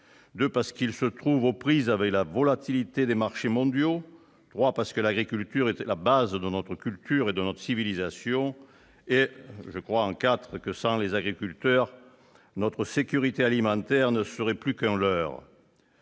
; ils se trouvent aux prises avec la volatilité des marchés mondiaux ; l'agriculture est à la base de notre culture et de notre civilisation ; sans les agriculteurs, notre sécurité alimentaire ne serait plus qu'un leurre.